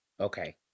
Okay